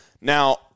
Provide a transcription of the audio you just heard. Now